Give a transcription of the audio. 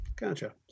Gotcha